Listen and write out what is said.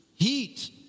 Heat